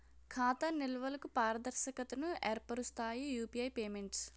ఖాతా నిల్వలకు పారదర్శకతను ఏర్పరుస్తాయి యూపీఐ పేమెంట్స్